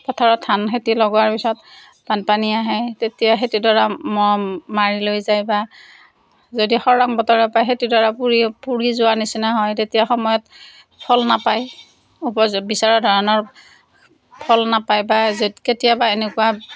পথাৰত ধান খেতি লগোৱাৰ পিছত বানপানী আহে তেতিয়া খেতিডৰা মাৰি লৈ যায় বা যদি খৰাং বতৰে পায় সেই খেতিডৰা পুৰি পুৰি যোৱা নিচিনা হয় তেতিয়া সময়ত ফল নাপায় উপ বিচৰা ধৰণৰ ফল নাপায় বা কেতিয়াবা এনেকুৱা